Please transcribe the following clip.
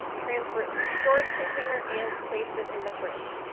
transfer it to a storage container, and place it in the fridge.